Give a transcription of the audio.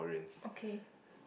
okay